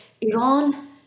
Iran